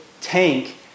tank